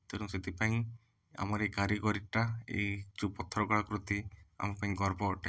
ତେଣୁ ସେଥିପାଇଁ ଆମର ଏଇ କାରିଗରୀଟା ଏଇ ଯେଉଁ ପଥର କଳାକୃତି ଆମ ପାଇଁ ଗର୍ବ ଅଟେ